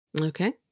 Okay